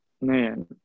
Man